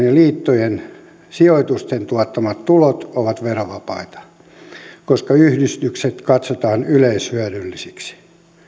ja liittojen sijoitusten tuottamat tulot ovat verovapaita koska yhdistykset katsotaan yleishyödyllisiksi